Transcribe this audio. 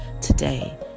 today